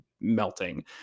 melting